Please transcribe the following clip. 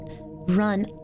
Run